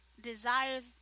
desires